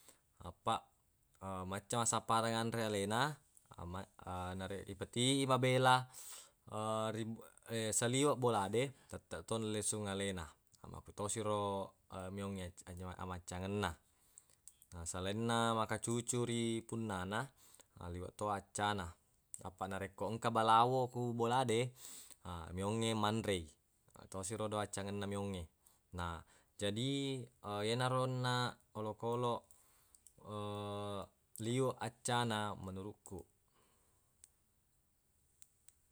Apaq macca massappareng anre alena ma- nare- ipeti i mabela ri- saliweng bola de tetteq to lesung alena makkutosi ro meongnge aja- amaccangenna selainna makkacucu ri punnana liweq to accana apaq narekko engka balawo ku bola de meongnge manrei ero tosi ro amaccangenna meongnge na jadi yenaro onnaq olokoloq liweq accana menuruq kuq.